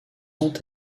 ont